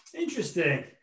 interesting